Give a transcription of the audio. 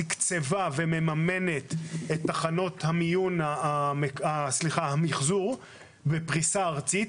הקרן מממנת את תחנות המחזור בפריסה ארצית.